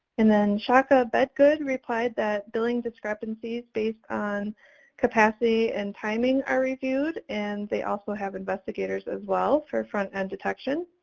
and then shaka bedgood replied that billing discrepancies based on capacity and timing are reviewed and they also have investigators as well for front-end detection.